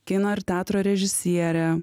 kino ir teatro režisierė